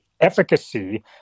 efficacy